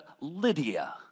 Lydia